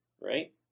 right